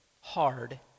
hard